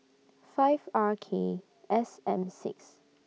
five R K S M six